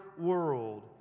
world